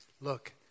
look